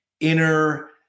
inner